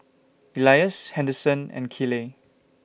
Elias Henderson and Keeley